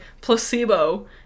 placebo